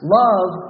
love